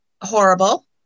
horrible